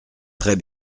très